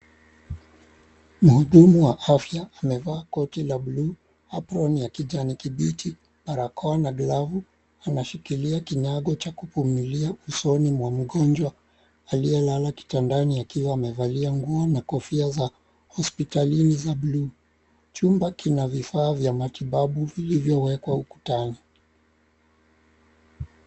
Mhudumu wa afya amevaa koti la buluu, apron ya kijani kibichi, barakoa na glavu. Anashikilia kinago cha kupumulia usoni mwa mgonjwa aliyelala kitandani akiwa amevalia nguo na kofia za hostpitalini za blue . Chumba kinavifaa vya matibabu vilivyowekwa ukutani.